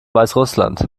weißrussland